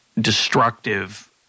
destructive